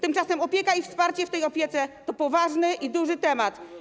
Tymczasem opieka i wsparcie w tej opiece to poważny i duży temat.